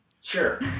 Sure